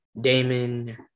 Damon